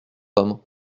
homme